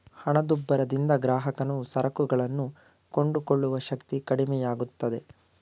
ಹಣದುಬ್ಬರದಿಂದ ಗ್ರಾಹಕನು ಸರಕುಗಳನ್ನು ಕೊಂಡುಕೊಳ್ಳುವ ಶಕ್ತಿ ಕಡಿಮೆಯಾಗುತ್ತೆ